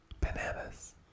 Bananas